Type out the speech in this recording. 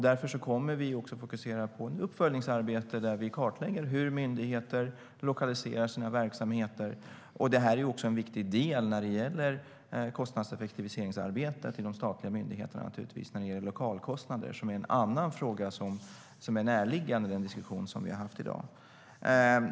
Därför kommer vi att fokusera på uppföljningsarbete, där vi kartlägger hur myndigheter lokaliserar sina verksamheter. Detta är också en viktig del när det gäller kostnadseffektiviseringsarbetet i de statliga myndigheterna när det handlar om lokalkostnader. Det är en annan fråga som är närliggande den diskussion som vi har haft i dag.